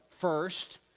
first